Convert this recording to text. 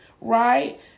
right